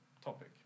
topic